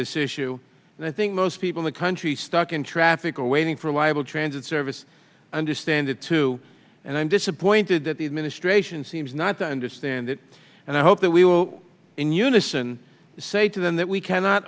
this issue and i think most people the country stuck in traffic or waiting for a viable transit service understand it too and i'm disappointed that the administration seems not to understand it and i hope that we will in unison say to them that we cannot